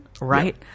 Right